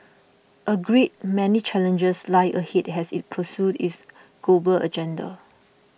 a great many challenges lie ahead as it pursues its global agenda